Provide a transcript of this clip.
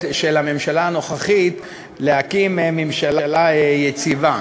של הממשלה הנוכחית להיות ממשלה יציבה,